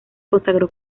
consagró